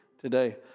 today